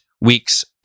week's